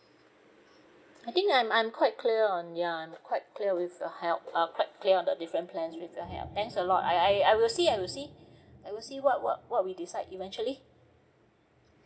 I think I'm I'm quite clear on ya I'm quite clear with your help uh quite clear on the different plans with your help thanks a lot I I I will see I will see I will see what what what we decide eventually